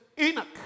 Enoch